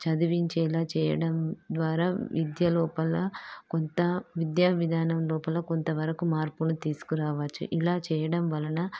చదివించేలా చెయ్యడం ద్వారా విద్య లోపల కొంత విద్యా విధానం లోపల కొంత వరకు మార్పులు తీసుకు రావొచ్చు ఇలా చెయ్యడం వలన